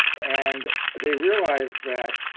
and they realized that